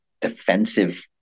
defensive